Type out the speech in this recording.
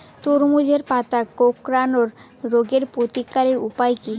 তরমুজের পাতা কোঁকড়ানো রোগের প্রতিকারের উপায় কী?